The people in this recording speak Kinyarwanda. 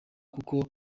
kuko